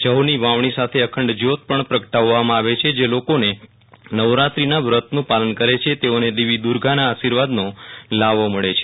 જવની વાવણી સાથે અખંડ જ્યોત પણ પ્રગટાવવામાં આવે છે જે લોકો નવરાત્રીના વર્તનું પાલન કરે છે તેઓને દેવી દુર્ગાના આશીર્વાદનો લાહવો મળે છે